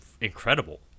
incredible